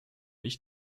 ich